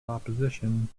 opposition